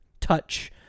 touch